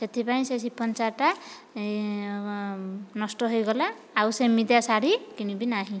ସେଥିପାଇଁ ସେ ଶିଫନ୍ ଶାଢ଼ୀଟା ନଷ୍ଟ ହୋଇଗଲା ଆଉ ସେମିତିଆ ଶାଢ଼ୀ କିଣିବି ନାହିଁ